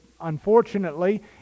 unfortunately